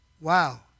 Wow